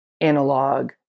analog